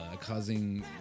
causing